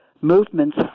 Movements